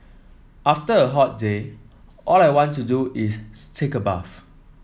after a hot day all I want to do is take a bath